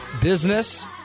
business